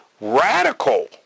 Radical